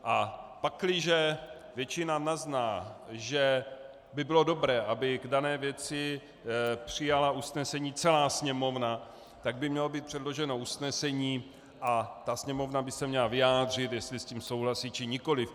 A pakliže většina nazná, že by bylo dobré, aby k dané věci přijala usnesení celá Sněmovna, tak by mělo být předloženo usnesení a Sněmovna by se měla vyjádřit, jestli s tím souhlasí, či nikoliv.